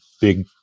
big